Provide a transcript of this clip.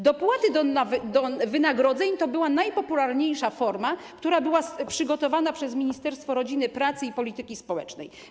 Dopłaty do wynagrodzeń to była najpopularniejsza forma pomocy, która była przygotowana przez Ministerstwo Rodziny, Pracy i Polityki Społecznej.